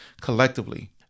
collectively